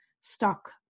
stuck